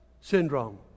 syndrome